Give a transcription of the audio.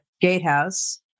gatehouse